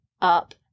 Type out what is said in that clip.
up